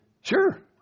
Sure